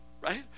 Right